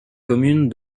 commune